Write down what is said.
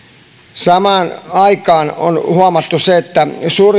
samaan aikaan on huomattu se että